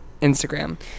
instagram